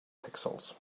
pixels